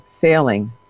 sailing